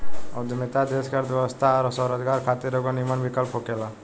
उद्यमिता देश के अर्थव्यवस्था आ स्वरोजगार खातिर एगो निमन विकल्प होखेला